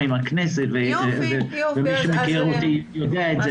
עם הכנסת ומי שמכיר אותי יודע את זה